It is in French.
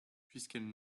puisqu’elle